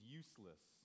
useless